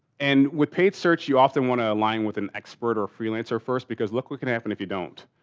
and with paid search you often want to align with an expert or a freelancer first, because look what can happen if you don't.